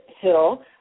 Hill